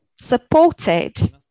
supported